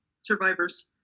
survivors